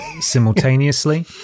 simultaneously